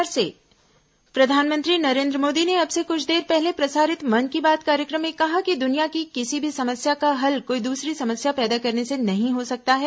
मन की बात प्रधानमंत्री नरेन्द्र मोदी ने अब से कुछ देर पहले प्रसारित मन की बात कार्यक्रम में कहा कि दुनिया की किसी भी समस्या का हल कोई दूसरी समस्या पैदा करने से नहीं हो सकता है